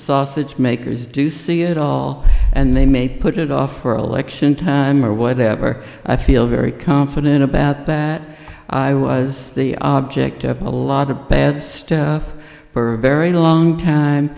sausage makers do see it all and they may put it off for a lection time or whatever i feel very confident about that i was the object of a lot of bad stuff for a very long time